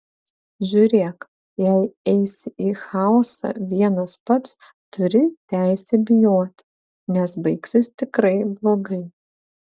žiūrėk jei eisi į chaosą vienas pats turi teisę bijoti nes baigsis tikrai blogai